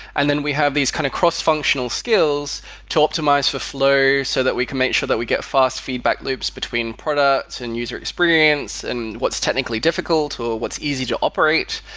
and then we have these kind of cross functional skills to optimize for flow so that we can make sure that we get fast feedback loops between products and user experience and what's technically difficult to what's easy to operate.